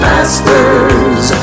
Masters